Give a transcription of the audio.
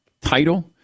title